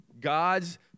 God's